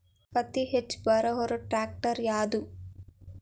ಅತಿ ಹೆಚ್ಚ ಭಾರ ಹೊರು ಟ್ರ್ಯಾಕ್ಟರ್ ಯಾದು?